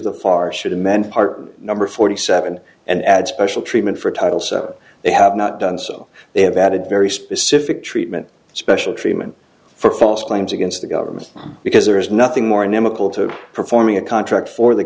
the far should amend part number forty seven and add special treatment for titles they have not done so they have added very specific treatment special treatment for false claims against the government because there is nothing more no mccool to performing a contract for the